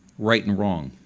right and wrong,